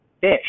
fish